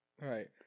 right